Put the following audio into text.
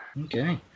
Okay